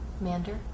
Mander